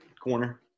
corner